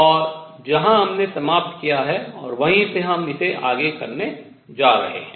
और जहाँ हमने समाप्त किया और वहीँ से हम इसे आगे करने जा रहे हैं